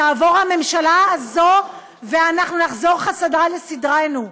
תעבור הממשלה הזאת ונחזור חזרה לסדרנו.